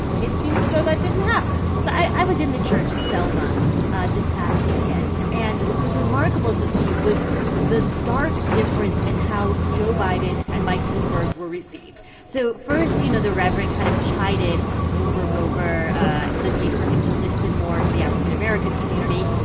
it seems as though that didn't happen i was in the church in selma this past weekend. and what was remarkable to see was the stark difference in how joe biden and mike bloomberg were received. so, first, you know, the reverend kind of chided bloomberg over the need for him to listen more to the african american community.